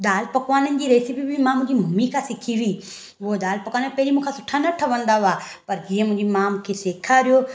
दालि पकवाननि जी रेसिपी बि मां मुंहिंजी मम्मी खां सिखी हुई हूअ दालि पकवान पहिरीं मूंखां सुठा न ठहंदा हुआ पर जीअं मुंहिंजी माउ मूंखे सेखारियो